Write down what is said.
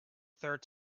third